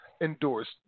endorsed